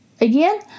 again